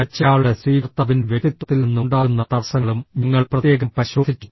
അയച്ചയാളുടെ സ്വീകർത്താവിന്റെ വ്യക്തിത്വത്തിൽ നിന്ന് ഉണ്ടാകുന്ന തടസ്സങ്ങളും ഞങ്ങൾ പ്രത്യേകം പരിശോധിച്ചു